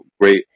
great